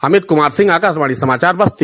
अमित कुमार सिंह आकाशवाणी समाचार बस्ती